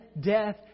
death